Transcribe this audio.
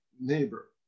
neighbor